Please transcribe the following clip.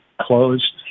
closed